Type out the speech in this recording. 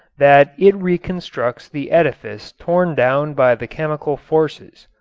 that it reconstructs the edifice torn down by the chemical forces.